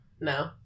No